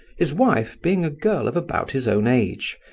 his wife being a girl of about his own age,